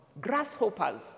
Grasshoppers